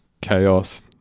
chaos